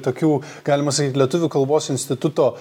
tokių galima sakyt lietuvių kalbos instituto